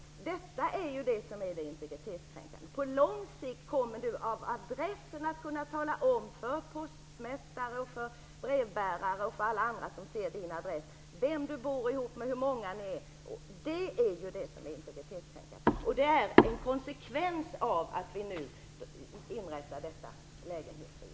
Detta är det integritetskränkande. På lång sikt kommer det av adressen att framgå - för postmästaren, för brevbäraren och för alla andra som ser ens adress - vem man bor ihop med och hur många man är. Det är integritetskränkande. Det är en konsekvens av att vi nu inrättar detta lägenhetsregister.